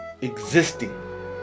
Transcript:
existing